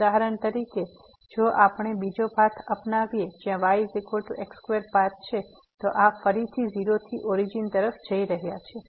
તેથી ઉદાહરણ તરીકે જો આપણે બીજો પાથ અપનાવીએ જ્યાં y x2 પાથ છે તો આ ફરીથી 0 થી ઓરીજીન તરફ જઇ રહ્યો છે